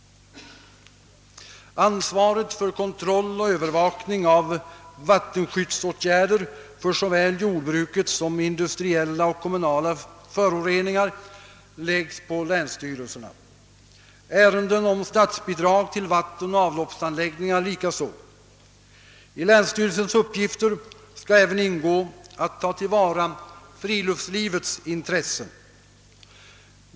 Ansvaret för kontroll och övervakning av vattenskyddsåtgärder beträffande såväl jordbruket som industriella och kommunala föroreningar läggs på länsstyrelserna, ärenden om statsbidrag för vattenoch avloppsanläggningar likaså. I länsstyrelsens uppgifter skall även ingå att ta till vara friluftslivets intressen.